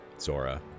Zora